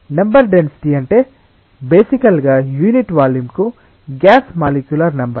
number density అంటే బేసికల్ గా యూనిట్ వాల్యూమ్కు గ్యాస్ మాలిక్యూల్ నెంబర్